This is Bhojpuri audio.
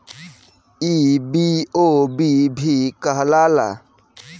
ई बी.ओ.बी भी कहाला